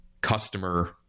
customer